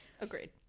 Agreed